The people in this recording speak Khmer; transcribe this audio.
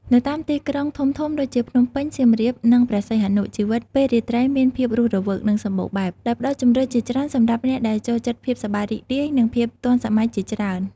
នៅតាមទីក្រុងធំៗដូចជា ភ្នំពេញ សៀមរាប និងព្រះសីហនុ ជីវិតពេលរាត្រីមានភាពរស់រវើក និងសម្បូរបែប ដោយផ្ដល់ជម្រើសជាច្រើនសម្រាប់អ្នកដែលចូលចិត្តភាពសប្បាយរីករាយ និងភាពទាន់សម័យជាច្រើន ។